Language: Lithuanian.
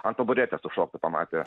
ant taburetės sušoktų pamatę